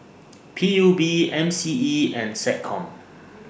P U B M C E and Seccom